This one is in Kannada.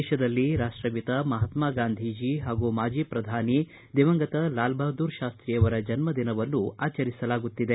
ದೇಶದಲ್ಲಿ ರಾಷ್ಟಪಿತ ಮಹಾತ್ಮಾ ಗಾಂಧೀಜಿ ಹಾಗೂ ಮಾಜಿ ಪ್ರಧಾನಿ ಲಾಲ್ ಬಹದ್ದೂರ ಶಾಸ್ತಿಯವರ ಜನ್ನ ದಿನವನ್ನು ಆಚರಿಸಲಾಗುತ್ತಿದೆ